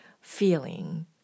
feeling